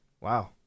wow